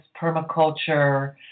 permaculture